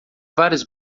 várias